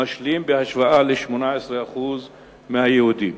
בהשוואה ל-18% מהיהודים.